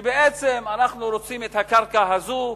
שבעצם אנחנו רוצים את הקרקע הזאת,